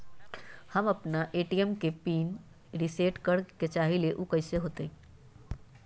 हम अपना ए.टी.एम के पिन रिसेट करे के चाहईले उ कईसे होतई?